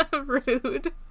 Rude